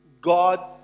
God